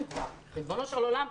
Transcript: ריבונו של עולם,